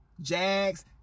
Jags